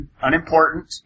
unimportant